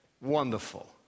Wonderful